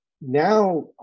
now